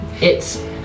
it's-